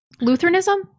Lutheranism